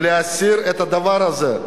להסיר את הדבר הזה.